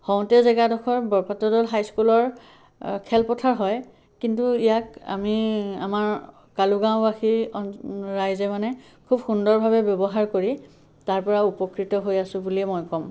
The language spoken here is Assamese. হওঁতে জেগাডোখৰ বৰপাত্ৰ দৌল হাইস্কুলৰ খেলপথাৰ হয় কিন্তু ইয়াক আমি আমাৰ কালুগাঁওবাসী আন ৰাইজে মানে খুব সুন্দৰভাৱে ব্যৱহাৰ কৰি তাৰপৰা উপকৃত হৈ আছোঁ বুলিয়ে মই ক'ম